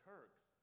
Turks